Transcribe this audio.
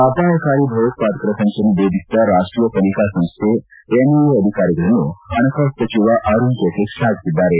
ಅಪಾಯಕಾರಿ ಭಯೋತ್ವಾದಕರ ಸಂಚನ್ನು ಭೇದಿಸಿದ ರಾಷ್ಷೀಯ ತನಿಖಾ ಸಂಸ್ಹೆ ಎನ್ಐಎ ಅಧಿಕಾರಿಗಳನ್ನು ಹಣಕಾಸು ಸಚಿವ ಅರುಣ್ ಜೇಟ್ಲ ಶ್ಲಾಘಿಸಿದ್ದಾರೆ